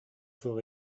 суох